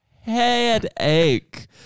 headache